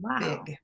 wow